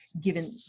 given